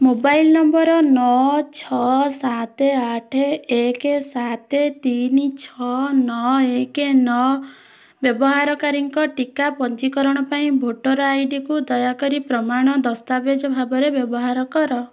mobile number ନଅ ଛଅ ସାତେ ଆଠେ ଏକେ ସାତେ ତିନି ଛଅ ନଅ ଏକେ ନଅ ବ୍ୟବହାରକାରୀଙ୍କ ଟିକା ପଞ୍ଜୀକରଣ ପାଇଁ ଭୋଟର ଆଇଡ଼ିକୁ ଦୟାକରି ପ୍ରମାଣ ଦସ୍ତାବେଜ ଭାବେ ବ୍ୟବହାର କର